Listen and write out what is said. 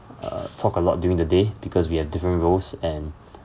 uh talk a lot during the day because we have different roles and